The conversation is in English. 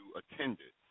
attended